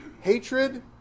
hatred